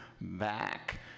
back